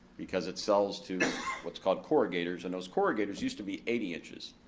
because it sells to what's called corrugators, and those corrugators used to be eighty inches.